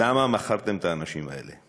למה מכרתם את האנשים האלה?